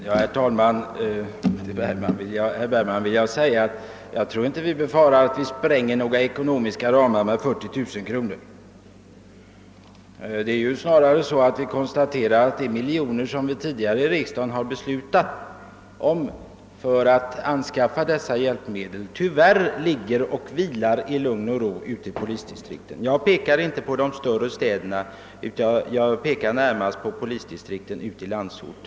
Herr talman! Jag tror inte, herr Bergman, att vi behöver befara att spränga några ekonomiska ramar med dessa 40 000 kronor. Snarare kan vi konstatera att de miljoner riksdagen tidigare beslutat anslå för anskaffandet av dessa hjälpmedel tyvärr ligger orörda ute i polisdistrikten. Jag tänker inte på de större städerna utan närmast på landsortens polisdistrikt.